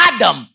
Adam